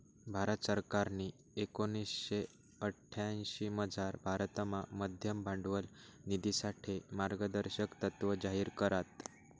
भारत सरकारनी एकोणीशे अठ्यांशीमझार भारतमा उद्यम भांडवल निधीसाठे मार्गदर्शक तत्त्व जाहीर करात